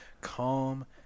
calm